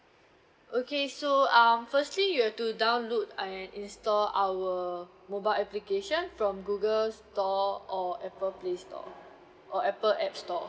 okay so um firstly you have to download and install our mobile application from Googles stores or Apple play store or Apple apps store